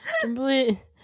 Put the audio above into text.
complete